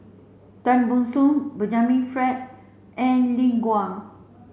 Tan Ban Soon Benjamin Frank and Lin